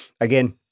again